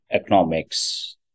economics